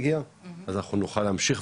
ואנחנו נוכל להמשיך.